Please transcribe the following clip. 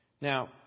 Now